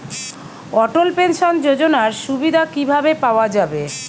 অটল pension যোজনার সুবিধা কি ভাবে পাওয়া যাবে?